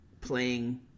playing